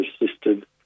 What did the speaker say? assisted